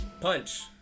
punch